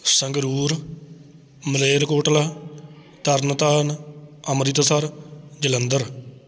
Sangrur Malerkotla Tarn Taran Amritsar Jalandhar